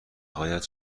هایت